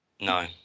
No